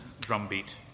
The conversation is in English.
drumbeat